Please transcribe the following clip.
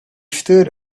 stood